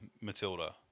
Matilda